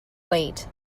weight